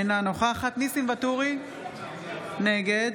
אינה נוכחת ניסים ואטורי, נגד